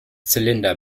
zylinder